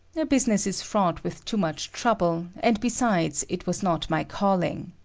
a business is fraught with too much trouble, and besides it was not my calling.